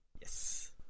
Yes